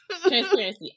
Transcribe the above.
transparency